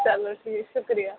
چلو ٹھیٖک شُکریہ